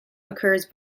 occurs